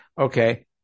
Okay